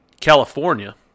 California